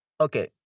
Okay